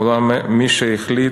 אולם משהחליט,